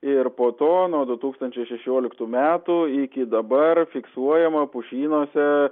ir po to nuo du tūkstančiai šešioliktų metų iki dabar fiksuojama pušynuose